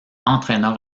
entraîneur